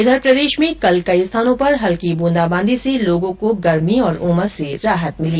इधर प्रदेश में कल कई स्थानों पर हल्की बूंदाबंदी से लोगों को गर्मी और उमस से राहत मिली